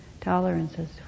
tolerances